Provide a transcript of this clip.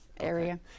area